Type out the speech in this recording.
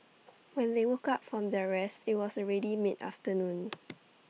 when they woke up from their rest IT was already mid afternoon